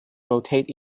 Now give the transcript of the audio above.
rotate